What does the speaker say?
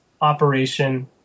operation